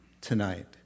tonight